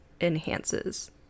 enhances